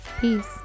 Peace